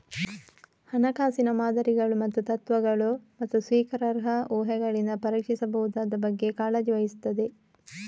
ಹಣಕಾಸಿನ ಮಾದರಿಗಳು ಮತ್ತು ತತ್ವಗಳು, ಮತ್ತು ಸ್ವೀಕಾರಾರ್ಹ ಊಹೆಗಳಿಂದ ಪರೀಕ್ಷಿಸಬಹುದಾದ ಬಗ್ಗೆ ಕಾಳಜಿ ವಹಿಸುತ್ತದೆ